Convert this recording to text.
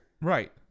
Right